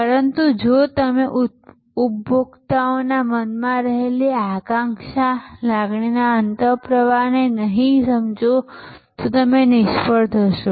પરંતુ જો તમે ઉપભોક્તાઓના મનમાં રહેલી આકાંક્ષા લાગણીના અંતઃપ્રવાહને નહીં સમજો તો તમે નિષ્ફળ થશો